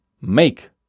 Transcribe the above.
make